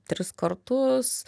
tris kartus